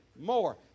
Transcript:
more